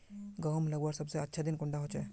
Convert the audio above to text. गहुम लगवार सबसे अच्छा दिन कुंडा होचे?